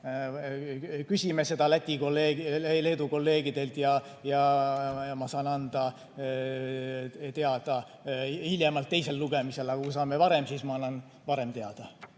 Küsime seda Läti ja Leedu kolleegidelt ja ma saan selle anda teada hiljemalt teisel lugemisel. Kui saame varem, siis ma annan varem teada.